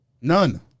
none